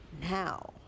now